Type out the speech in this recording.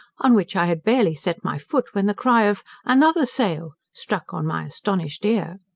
on which i had barely set my foot, when the cry of another sail struck on my astonished ear.